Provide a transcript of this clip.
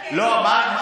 נכון.